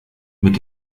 mit